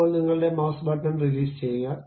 ഇപ്പോൾ നിങ്ങളുടെ mouse button release ചെയ്യുക